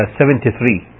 seventy-three